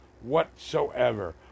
whatsoever